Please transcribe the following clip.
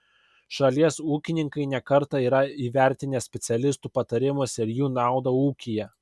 šalies ūkininkai ne kartą yra įvertinę specialistų patarimus ir jų naudą ūkyje